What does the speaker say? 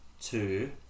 two